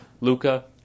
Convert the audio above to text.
Luca